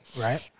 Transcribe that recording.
Right